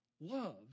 loves